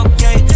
Okay